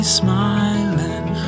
smiling